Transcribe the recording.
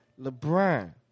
LeBron